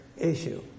issue